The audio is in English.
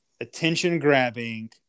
attention-grabbing